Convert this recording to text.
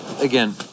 again